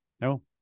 no